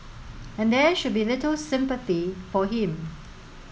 and there should be little sympathy for him